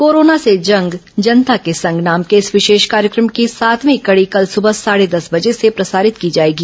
corona से जंग जनता के संग नाम के इस विशेष कार्यक्रम की सातवीं कड़ी कल सुबह साढ़े दस बजे से प्रसारित की जाएगी